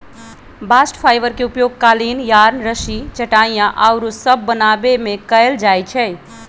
bast fibre के उपयोग कालीन, यार्न, रस्सी, चटाइया आउरो सभ बनाबे में कएल जाइ छइ